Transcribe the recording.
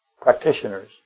practitioners